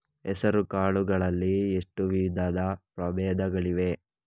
ಹೆಸರುಕಾಳು ಗಳಲ್ಲಿ ಎಷ್ಟು ವಿಧದ ಪ್ರಬೇಧಗಳಿವೆ?